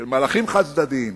של מהלכים חד-צדדיים,